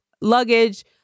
luggage